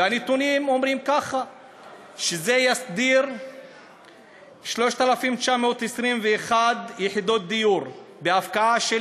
והנתונים אומרים שזה יסדיר 3,921 יחידות דיור בהפקעה של